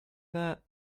that